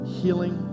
healing